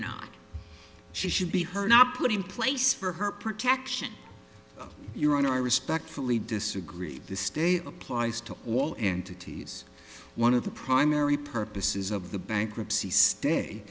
not she should be her not put in place for her protection your honor i respectfully disagree the state applies to all entities one of the primary purposes of the bankruptcy stay